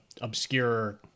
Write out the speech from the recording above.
obscure